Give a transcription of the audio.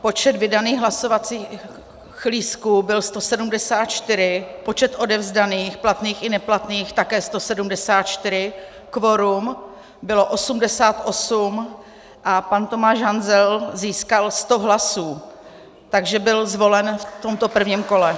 Počet vydaných hlasovacích lístků byl 174, počet odevzdaných, platných i neplatných, také 174, kvorum bylo 88 a pan Tomáš Hanzel získal 100 hlasů, takže byl zvolen v tomto prvním kole.